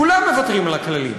כולם מוותרים על הכללים: